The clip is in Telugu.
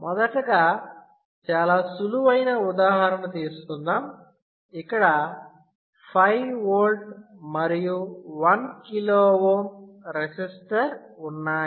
మొదటగా చాలా సులువైన ఉదాహరణ తీసుకుందాం ఇక్కడ 5V మరియు 1KΩ రెసిస్టర్ ఉన్నాయి